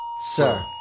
Sir